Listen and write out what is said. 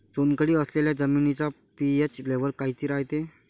चुनखडी असलेल्या जमिनीचा पी.एच लेव्हल किती रायते?